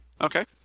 Okay